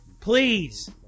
Please